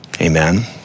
Amen